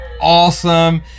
awesome